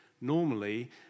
normally